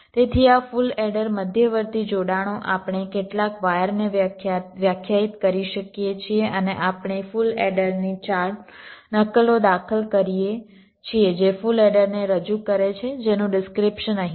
તેથી આ full adder મધ્યવર્તી જોડાણો આપણે કેટલાક વાયર ને વ્યાખ્યાયિત કરી શકીએ છીએ અને આપણે ફુલ એડરની 4 નકલો દાખલ કરીએ છીએ જે ફુલ એડરને રજૂ કરે છે જેનું ડિસ્ક્રીપ્શન અહીં છે